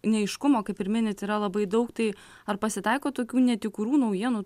neaiškumo kaip ir minit yra labai daug tai ar pasitaiko tokių netikrų naujienų